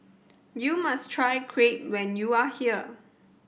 you must try Crepe when you are here